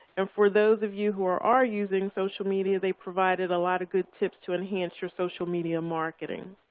and for those of you who are are using social media, they provided a lot of good tips to enhance your social media marketing.